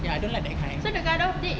ya I don't like that kind